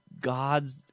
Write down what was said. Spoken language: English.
God's